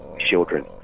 children